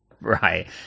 right